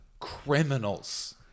criminals